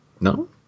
No